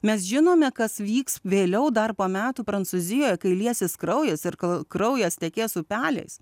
mes žinome kas vyks vėliau dar po metų prancūzijoje kai liesis kraujas ir kol kraujas tekės upeliais